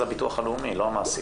זה הביטוח הלאומי ולא המעסיק.